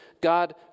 God